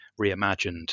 reimagined